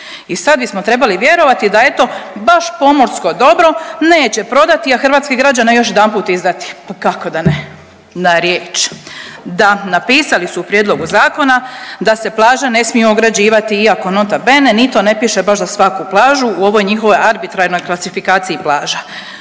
I sad bismo trebali vjerovati da eto baš pomorsko dobro neće prodati, a hrvatske građane još jedanput izdati. Pa kao da ne, na riječ. Da, napisali su u prijedlogu zakona da se plaže ne smiju ograđivati iako nota bene ni to ne piše baš za svaku plažu u ovoj njihovoj arbitrarnoj klasifikaciji plaža.